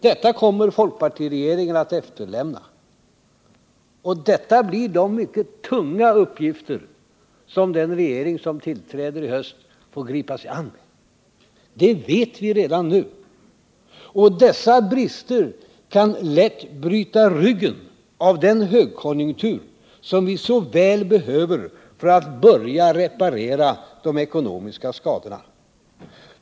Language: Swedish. Detta kommer folkpartiregeringen att efterlämna, och det blir de mycket tunga uppgifter som den regering som tillträder i höst får gripa sig an. Det vet vi redan nu. Dessa brister kan lätt bryta ryggen av den högkonjunktur, som vi så väl behöver för att börja reparera de ekonomiska skadorna.